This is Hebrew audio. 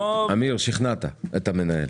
אמיר, שכנעת את המנהל.